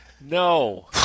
No